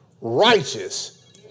Righteous